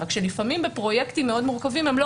רק שלפעמים בפרויקטים מאוד מורכבים הן לא